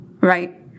right